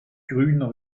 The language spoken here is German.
grüner